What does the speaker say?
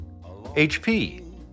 HP